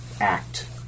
act